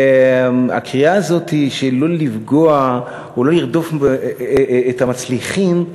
הקריאה הזאת, שלא לפגוע או לא לרדוף את המצליחים,